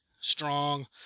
strong